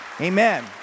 Amen